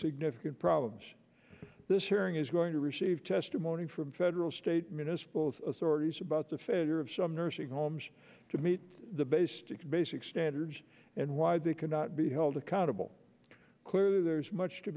significant problems this hearing is going to receive testimony from federal state municipal authorities about the failure of some nursing homes to meet the basic basic standards and why they cannot be held accountable clear there's much to